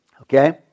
Okay